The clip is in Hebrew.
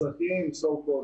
אזרחיים סו קולד: